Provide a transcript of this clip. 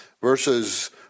versus